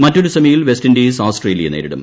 മറ്റൊരു സെമിയിൽ West Indies ആസ്ട്രേലിയയെ നേരിടും